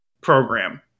program